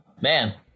man